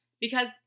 because-